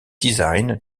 design